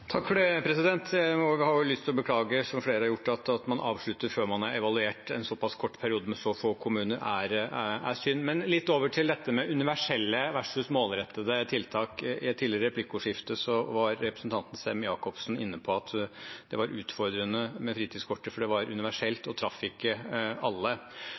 Jeg har jo lyst til å beklage det, som flere har gjort. At man avslutter før man har evaluert en såpass kort periode med så få kommuner, er synd. Litt over til dette med universelle versus målrettede tiltak: I et tidligere replikkordskifte var representanten Sem-Jacobsen inne på at det var utfordrende med fritidskortet, for det var universelt og traff ikke alle.